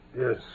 Yes